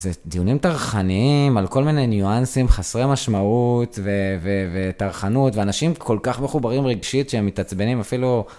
זה דיונים טרחניים על כל מיני ניואנסים, חסרי משמעות ו ו וטרחנות, ואנשים כל כך מחוברים רגשית שהם מתעצבנים אפילו.